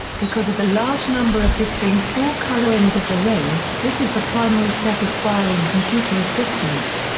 because of the large number of distinct four-colorings of the ring, this is the primary step requiring computer assistance.